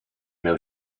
miał